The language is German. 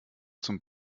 zum